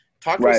Talk